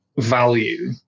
value